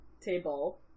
table